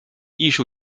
艺术